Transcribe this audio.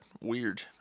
weird